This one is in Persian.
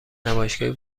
نمایشگاهی